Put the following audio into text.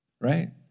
right